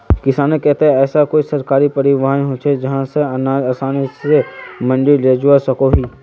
किसानेर केते ऐसा कोई सरकारी परिवहन होचे जहा से अनाज आसानी से मंडी लेजवा सकोहो ही?